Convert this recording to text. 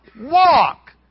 walk